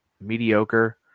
mediocre